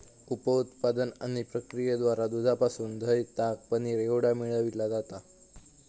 उप उत्पादन आणि प्रक्रियेद्वारा दुधापासून दह्य, ताक, पनीर एवढा मिळविला जाता